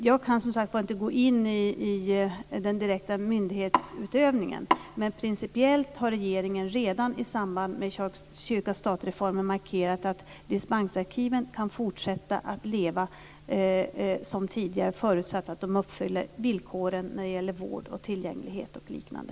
Jag kan som sagt var inte gå in i den direkta myndighetsutövningen, men principiellt har regeringen redan i samband med kyrka-stat-reformen markerat att dispensarkiven kan fortsätta att leva som tidigare, förutsatt att de uppfyller villkoren när det gäller vård, tillgänglighet och liknande.